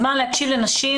לנשים,